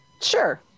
Sure